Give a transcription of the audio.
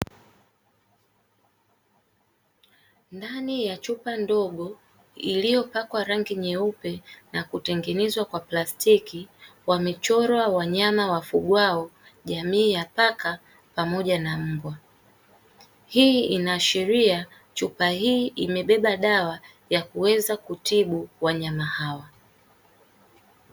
Ndani ya chupa ndogo iliyopakwa rangi nyeupe na kutengenezwa kwa plastiki wamechorwa wanyama wafugwao jamii ya paka pamoja na mbwa. Hii inaashiria chupa hii imebeba dawa ya kuweza kutibu wanyama hawa.